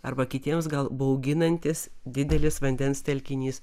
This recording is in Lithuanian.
arba kitiems gal bauginantis didelis vandens telkinys